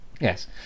Yes